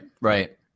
right